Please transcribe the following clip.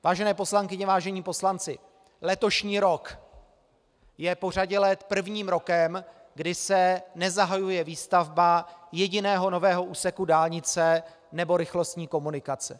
Vážené poslankyně, vážení poslanci, letošní rok je po řadě let prvním rokem, kdy se nezahajuje výstavba jediného nového úseku dálnice nebo rychlostní komunikace.